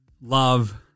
love